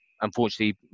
unfortunately